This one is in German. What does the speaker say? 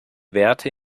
werte